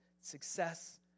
success